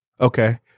Okay